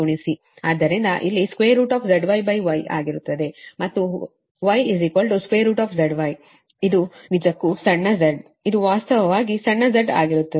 ಆದ್ದರಿಂದ ಇದು ZYY ಆಗಿರುತ್ತದೆ ಮತ್ತು γZY ಇದು ನಿಜಕ್ಕೂ ಸಣ್ಣ z ಇದು ವಾಸ್ತವವಾಗಿ ಸಣ್ಣ z ಆಗಿರುತ್ತದೆ